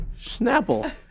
Snapple